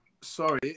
sorry